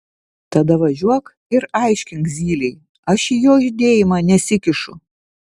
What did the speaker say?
tada važiuok ir aiškink zylei aš į jo judėjimą nesikišu